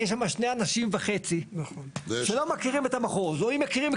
יש שם שני אנשים וחצי שלא מכירים את המחוז או אם מכירים,